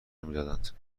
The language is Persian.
نمیدادند